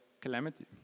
calamity